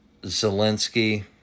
Zelensky